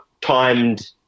timed